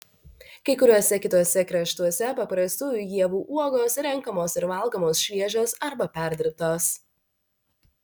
kai kuriuose kituose kraštuose paprastųjų ievų uogos renkamos ir valgomos šviežios arba perdirbtos